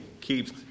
keeps